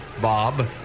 Bob